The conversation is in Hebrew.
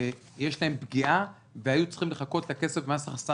ויש להם פגיעה הם היו צריכים לחכות לכסף ממס ההכנסה